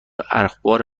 اخبار